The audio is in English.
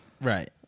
Right